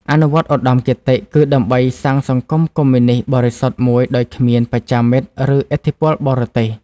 អនុវត្តឧត្តមគតិគឺ ដើម្បីកសាងសង្គមកុម្មុយនិស្តបរិសុទ្ធមួយដោយគ្មាន បច្ចាមិត្ត ឬឥទ្ធិពលបរទេស។